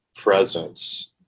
presence